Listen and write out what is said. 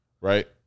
right